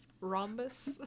rhombus